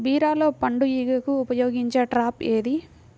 బీరలో పండు ఈగకు ఉపయోగించే ట్రాప్ ఏది?